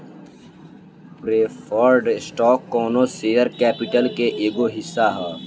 preferred stock कौनो share capital के एगो हिस्सा ह